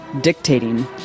dictating